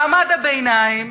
מעמד הביניים